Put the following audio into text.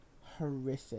horrific